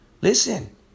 Listen